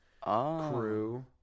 crew